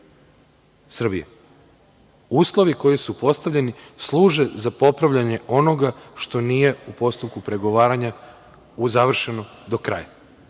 Srbije. uslovi koji su postavljeni služe za popravljanje onoga što nije u postupku pregovaranja završeno do kraja.